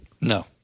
No